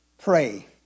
Pray